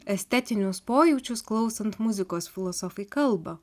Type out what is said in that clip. estetinius pojūčius klausant muzikos filosofai kalba